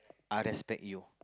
I respect you